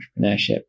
entrepreneurship